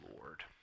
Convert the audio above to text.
Lord